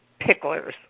picklers